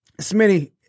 Smitty